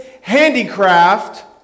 handicraft